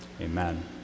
Amen